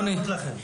אדוני?